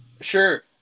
sure